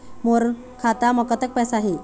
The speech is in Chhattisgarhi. मोर खाता म कतक पैसा हे?